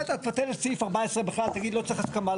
בסדר תבטל את סעיף 14 בכלל, תגיד שלא צריך הסכמה.